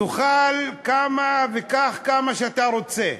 תאכל כמה וקח כמה שאתה רוצה.